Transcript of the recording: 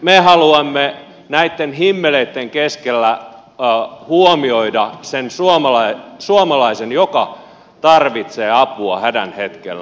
me haluamme näitten himmeleitten keskellä huomioida sen suomalaisen joka tarvitsee apua hädän hetkellä